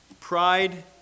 pride